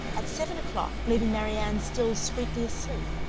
at seven o'clock, leaving marianne still sweetly asleep,